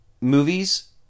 movies